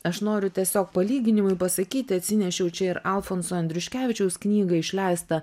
aš noriu tiesiog palyginimui pasakyti atsinešiau čia ir alfonso andriuškevičiaus knygą išleistą